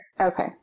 Okay